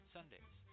Sundays